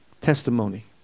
testimony